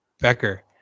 Becker